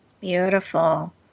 Beautiful